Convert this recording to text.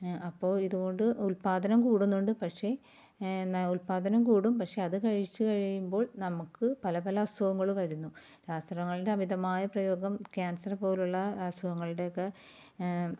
അപ്പോൾ ഇതുകൊണ്ട് ഉൽപാദനം കൂടുന്നുണ്ട് പക്ഷെ എന്നാൽ ഉൽപാദനം കൂടും പക്ഷെ അത് കഴിച്ച് കഴിയുമ്പോൾ നമുക്ക് പല പല അസുഖങ്ങൾ വരുന്നു രാസവളങ്ങളുടെ അമിതമായ ഉപയോഗം ക്യാൻസറ് പോലുള്ള അസുഖങ്ങളു ടെ ഒക്കെ